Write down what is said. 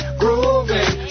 grooving